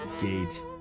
gate